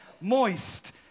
moist